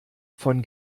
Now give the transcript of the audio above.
von